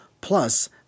plus